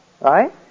Right